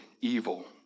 evil